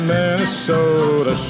Minnesota